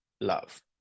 love